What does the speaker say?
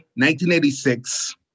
1986